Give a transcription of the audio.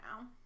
now